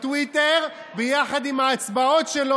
בטוויטר ביחד עם ההצבעות שלו,